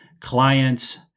clients